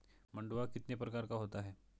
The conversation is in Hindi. मंडुआ कितने प्रकार का होता है?